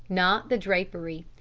not the drapery.